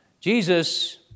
Jesus